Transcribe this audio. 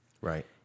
Right